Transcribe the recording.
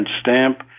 Stamp